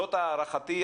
זאת הערכתי,